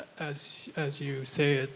as as you say it,